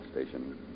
station